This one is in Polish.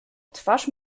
twarz